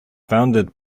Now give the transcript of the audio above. founded